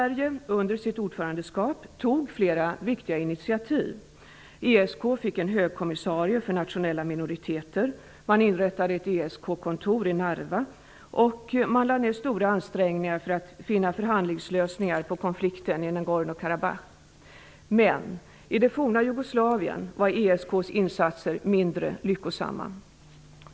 Sverige tog flera initiativ under sitt ordförandeskap. ESK fick en högkommissarie för nationella minoriteter och ett ESK-kontor inrättades i Narva. Man lade ner stora ansträngningar för att finna förhandlingslösningar på konflikten i Nagorno I det forna Jugoslavien var ESK:s insatser mindre lyckosamma.